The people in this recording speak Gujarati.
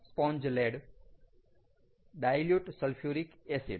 સ્પોન્જ લેડ અને ડાઈલ્યુટ સલ્ફ્યુરિક એસિડ